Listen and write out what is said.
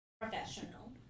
professional